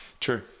true